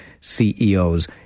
CEOs